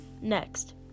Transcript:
Next